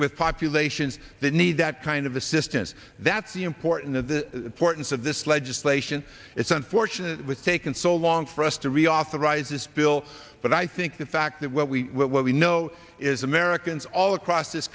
with populations that need that kind of assistance that's the important of the portents of this legislation it's unfortunate with taken so long for us to reauthorize this bill but i think the fact that what we what we know is americans all across this